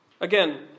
Again